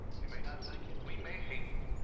we may not like it. we may hate it,